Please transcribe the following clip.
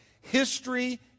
History